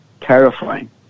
Terrifying